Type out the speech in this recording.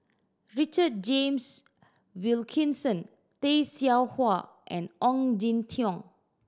Richard James Wilkinson Tay Seow Huah and Ong Jin Teong